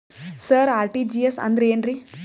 ಸರ RTGS ಅಂದ್ರ ಏನ್ರೀ?